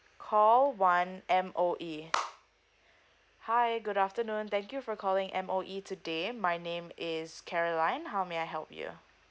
call one M_O_E hi good afternoon thank you for calling M_O_E today my name is caroline how may I help you